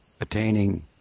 attaining